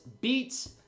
beats